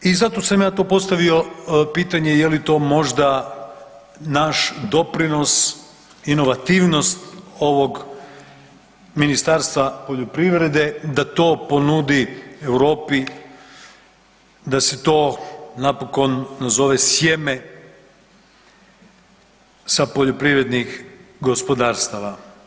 I zato sam ja to postavio pitanje je li to možda naš doprinos, inovativnost ovog Ministarstva poljoprivrede da to ponudi Europi, da se to napokon nazove sjeme sa poljoprivrednih gospodarstava.